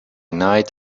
night